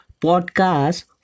podcast